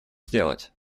сделать